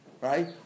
right